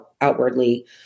outwardly